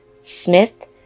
Smith